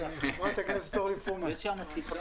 ח"כ אורלי פרומן, בבקשה.